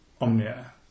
Omnia